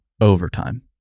overtime